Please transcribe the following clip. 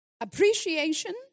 appreciation